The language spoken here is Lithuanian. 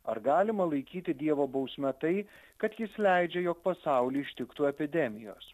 ar galima laikyti dievo bausme tai kad jis leidžia jog pasaulį ištiktų epidemijos